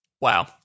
Wow